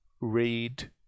read